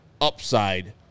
upside